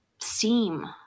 seem